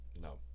No